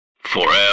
Forever